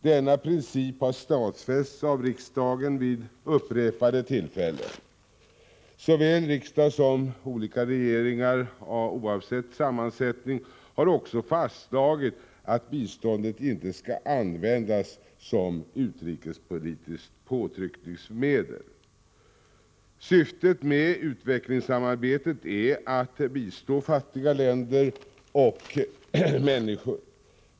Denna princip har stadfästs av riksdagen vid upprepade tillfällen. Såväl riksdag som olika regeringar, oavsett sammansättning, har också fastslagit att biståndet inte skall användas som utrikespolitiskt påtryckningsmedel. Syftet med utvecklingssamarbetet är att bistå fattiga länder och människor.